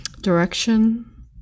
direction